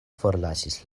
forlasis